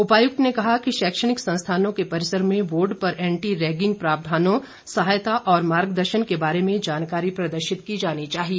उपायुक्त ने कहा कि शैक्षणिक संस्थानों के परिसर में बोर्ड पर एंटी रैगिंग प्रावधानों सहायता और मार्ग दर्शन के बारे में जानकारी प्रदर्शित की जानी चाहिए